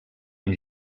amb